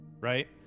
right